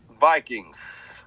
Vikings